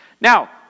Now